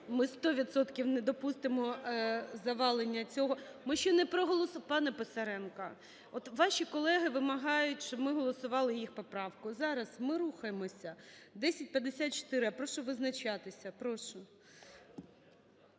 не допустимо завалення цього… Ми ще не… Пане Писаренко, от ваші колеги вимагають, щоб ми голосували їх поправку. Зараз ми рухаємося. 1054, я прошу визначатися. Прошу.